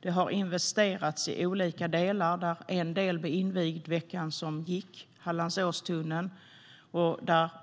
Det har investerats i olika delar. En del, Hallandsåstunneln, invigdes i veckan som gick.